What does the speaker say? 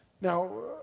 Now